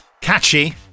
Catchy